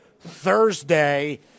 Thursday